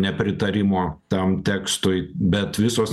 nepritarimo tam tekstui bet visos